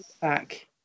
back